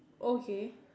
okay